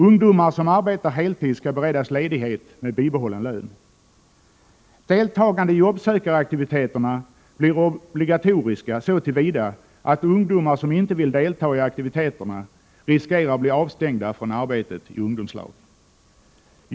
Ungdomar som arbetar heltid skall beredas ledighet med bibehållen lön. Deltagande i jobbsökaraktiviteterna blir obligatoriskt så till vida att ungdomar som inte vill delta i aktiviteterna riskerar att bli avstängda från arbetet i ungdomslag.